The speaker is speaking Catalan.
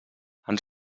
ens